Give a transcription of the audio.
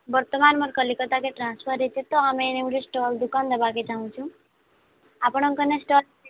ବର୍ତ୍ତମାନ ମୋର କଲିକତାକୁ ଟ୍ରାନ୍ସଫର୍ ହୋଇଛି ତ ଆମେ ଏଇନେ ଗୋଟେ ଷ୍ଟଲ୍ ଦୋକାନ ନେବାକୁ ଚାହୁଁଛୁ ଆପଣଙ୍କ ନେ ଷ୍ଟଲ୍